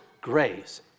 grace